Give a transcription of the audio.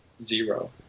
zero